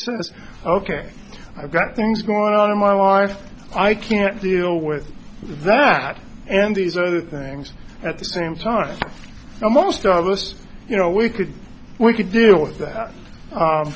said ok i've got things going on in my life i can't deal with that and these are the things at the same time almost all of us you know we could we could deal with that